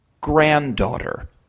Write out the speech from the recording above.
granddaughter